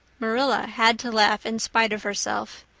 marilla had to laugh in spite of herself.